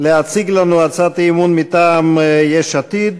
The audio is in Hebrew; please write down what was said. להציג לנו הצעת אי-אמון מטעם יש עתיד: